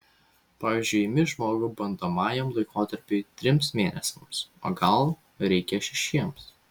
pavyzdžiui imi žmogų bandomajam laikotarpiui trims mėnesiams o gal reikia šešiems